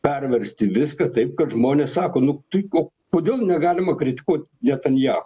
perversti viską taip kad žmonės sako nu tai o kodėl negalima kritikuot netanjah